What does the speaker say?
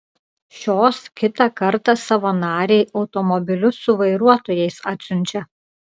šios kitą kartą savo narei automobilius su vairuotojais atsiunčia